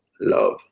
love